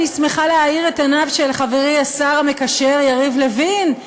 אני שמחה להאיר את עיניו של חברי השר המקשר יריב לוין.